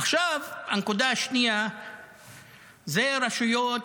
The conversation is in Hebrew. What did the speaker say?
עכשיו, הנקודה השנייה היא רשויות